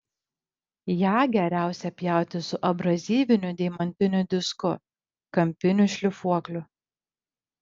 ją geriausia pjauti su abrazyviniu deimantiniu disku kampiniu šlifuokliu